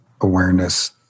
awareness